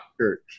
church